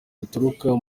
bituruka